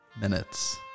minutes